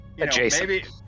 Adjacent